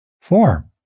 Four